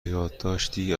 یادداشتی